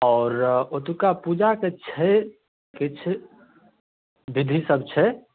आओर ओतुक्का पूजा के छै किछु बिधि सब छै